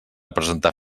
presentar